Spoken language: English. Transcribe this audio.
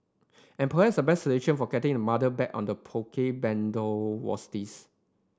and perhaps the best solution for getting the mother back on the Poke bandwagon was this